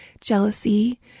jealousy